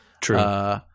True